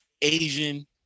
Asian